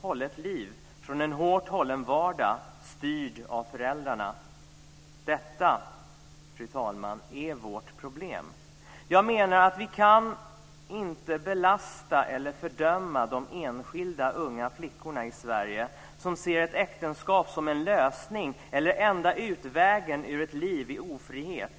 hållet liv, från en hårt hållen vardag styrd av föräldrarna. Detta, fru talman, är vårt problem. Jag menar att vi inte kan belasta eller fördöma de enskilda unga flickor i Sverige som ser ett äktenskap som en lösning eller enda utvägen ur ett liv i ofrihet.